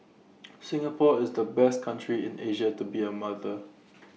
Singapore is the best country in Asia to be A mother